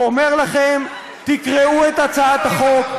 ואומר לכם: תקראו את הצעת החוק,